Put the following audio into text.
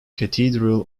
cathedral